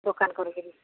ଦୋକାନ କରିକିରି